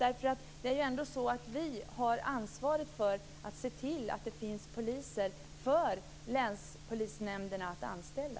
Vi har ändå ansvar för att se till att det finns poliser för länspolisnämnderna att anställa.